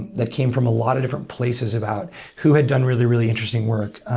that came from a lot of different places about who had done really, really interesting work.